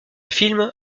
film